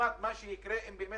באמת